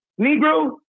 negro